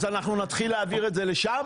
אז אנחנו נתחיל להעביר את זה לשם,